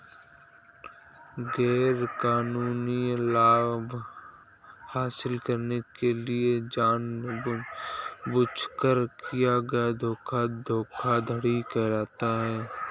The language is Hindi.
गैरकानूनी लाभ हासिल करने के लिए जानबूझकर किया गया धोखा धोखाधड़ी कहलाता है